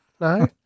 No